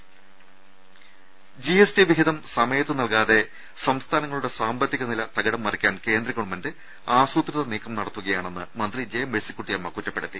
ശേക്ഷക്കുള്ള പ G S T വിഹിതം സമയത്ത് നൽകാതെ സംസ്ഥാ നങ്ങളുടെ സാമ്പത്തിക നില തകിടംമറിയ്ക്കാൻ കേന്ദ്ര ഗവൺമെന്റ് ആസൂത്രിത നീക്കം നടത്തുകയാണെന്ന് മന്ത്രി ജെ മേഴ്സിക്കുട്ടിയമ്മ കുറ്റപ്പെടുത്തി